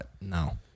no